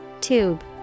Tube